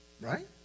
right